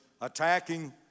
attacking